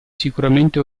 sicuramente